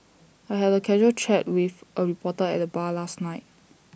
I had A casual chat with A reporter at the bar last night